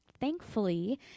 thankfully